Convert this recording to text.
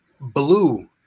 Blue